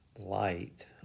light